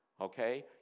okay